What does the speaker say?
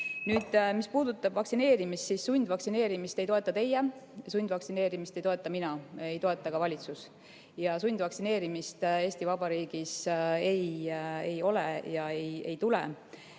küsinud. Mis puudutab vaktsineerimist, siis sundvaktsineerimist ei toeta teie, sundvaktsineerimist ei toeta mina, ei toeta ka valitsus. Sundvaktsineerimist Eesti Vabariigis ei ole ega tule.